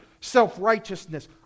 self-righteousness